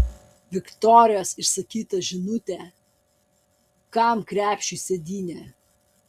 viktorijos išsakytą žinutę kam krepšiui sėdynė